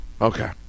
Okay